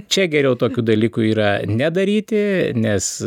čia geriau tokių dalykų yra nedaryti nes